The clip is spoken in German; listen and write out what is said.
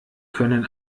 können